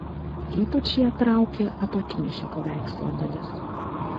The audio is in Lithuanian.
ypač ją traukė apatinė šio paveikslo dalis